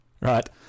right